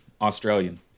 Australian